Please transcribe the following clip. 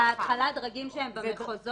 בהתחלה אלו דרגים שהם במחוזות.